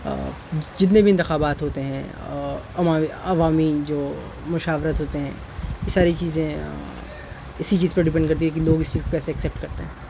جتنے بھی انتخابات ہوتے ہیں عوامی جو مشاورت ہوتے ہیں یہ ساری چیزیں اسی چیز پہ ڈیپینڈ کرتی ہے کہ لوگ اس چیز کیسے ایکسیپٹ کرتے ہیں